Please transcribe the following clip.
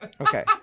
Okay